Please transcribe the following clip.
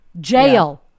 Jail